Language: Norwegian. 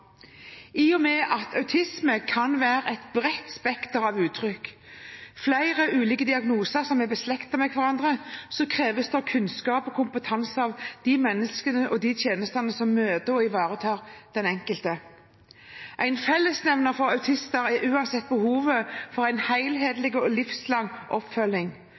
I og med at autisme kan være et bredt spekter av uttrykk, flere ulike diagnoser som er beslektet med hverandre, kreves det kunnskap og kompetanse av de menneskene og de tjenestene som møter og ivaretar den enkelte. En fellesnevner for autister er uansett behovet for en helhetlig og livslang oppfølging,